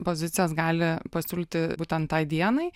pozicijas gali pasiūlyti būtent tai dienai